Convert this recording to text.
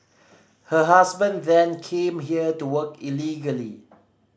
her husband then came here to work illegally